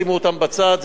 שימו אותם בצד,